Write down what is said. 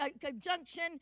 conjunction